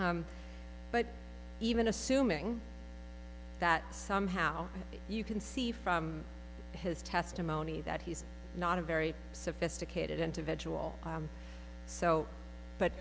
but even assuming that somehow you can see from his testimony that he's not a very sophisticated individual so but